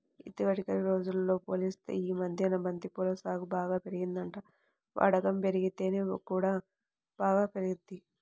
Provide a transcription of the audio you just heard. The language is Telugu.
ఇదివరకటి రోజుల్తో పోలిత్తే యీ మద్దెన బంతి పూల సాగు బాగా పెరిగిందంట, వాడకం బెరిగితేనే సాగు కూడా పెరిగిద్ది